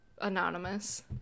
anonymous